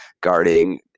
guarding